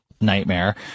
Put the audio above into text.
nightmare